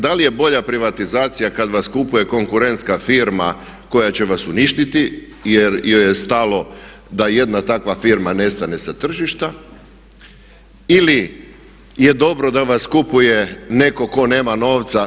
Da li je bolja privatizacija kad vas kupuje konkurentska firma koja će vas uništiti jer joj je stalo da jedna takva firma nestane sa tržišta ili je dobro da vas kupuje netko tko nema novca?